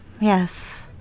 Yes